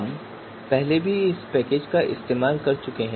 हम पहले भी इस पैकेज का इस्तेमाल कर चुके हैं